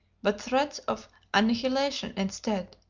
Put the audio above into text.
but threats of annihilation instead,